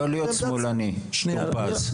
לא להיות שמאלני טורפז,